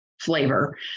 flavor